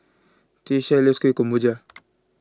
Tyesha loves Kueh Kemboja